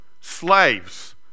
slaves